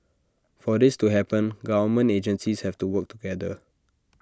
for this to happen government agencies have to work together